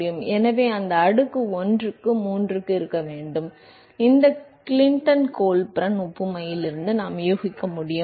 எனவே அந்த அடுக்கு 1க்கு 3 ஆக இருக்க வேண்டும் இந்த கிளின்டன் கோல்பர்ன் ஒப்புமையிலிருந்து நாம் யூகிக்க முடியும்